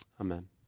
Amen